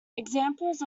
examples